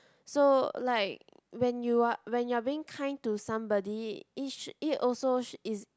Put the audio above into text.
so like when you are when you are being kind to somebody ish it also sh~ is